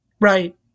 Right